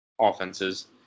offenses